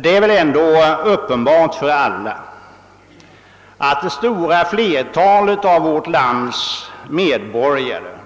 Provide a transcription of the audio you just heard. Det är väl ändå uppenbart för alla att det stora flertalet av vårt lands medborgare